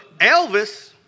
Elvis